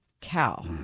cow